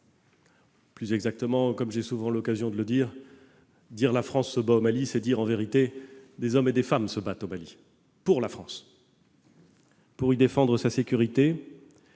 Plus exactement- j'ai souvent l'occasion de le souligner -, dire :« la France se bat au Mali », c'est dire, en vérité :« des hommes et des femmes se battent au Mali pour la France, pour y défendre sa sécurité,